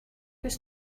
was